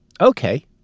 Okay